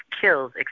kills